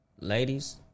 Ladies